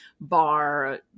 bar